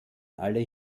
alle